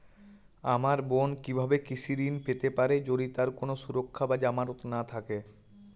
আমার বোন কীভাবে কৃষি ঋণ পেতে পারে যদি তার কোনো সুরক্ষা বা জামানত না থাকে?